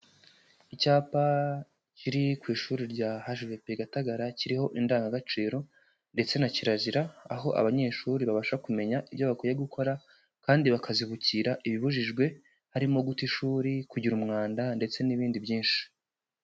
Icyapa, kiri ku ishuri rya H.V.P Gatagara, kiriho indangagaciro, ndetse na kirazira. Aho abanyeshuri babasha kumenya ibyo bakwiye gukora, kandi bakazibukira ibibujijwe, harimo guta ishuri, kugira umwanda, ndetse n'ibindi byinshi.